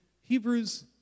Hebrews